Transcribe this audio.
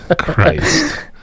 Christ